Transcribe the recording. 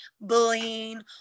bullying